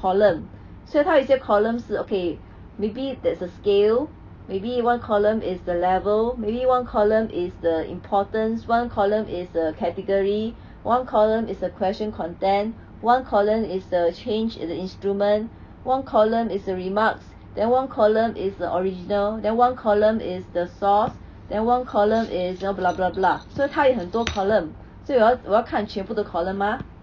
column 所以我要我要看全部的 column mah